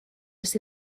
ers